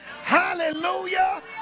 Hallelujah